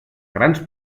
grans